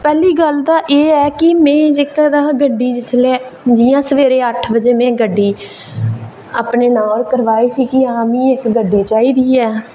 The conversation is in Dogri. ते पैह्ली गल्ल एह् की में गड्डी जिसलै जि'यां में अट्ठ बज्जे गड्डी जिसलै अपने नाम पर करवाई थी की आं मिगी इक्क गड्डी चाहिदी ऐ